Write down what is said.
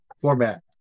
format